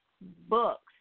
books